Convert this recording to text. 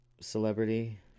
celebrity